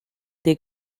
des